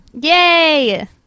Yay